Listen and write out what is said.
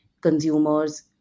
consumers